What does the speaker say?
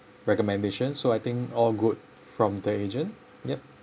recommendation so I think all good from the agent yup